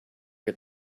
get